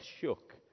shook